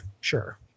sure